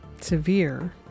severe